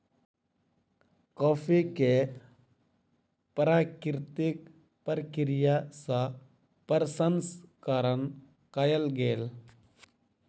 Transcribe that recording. coffee के प्राकृतिक प्रक्रिया सँ प्रसंस्करण कयल गेल